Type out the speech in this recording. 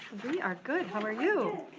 we are good, how are you.